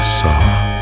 soft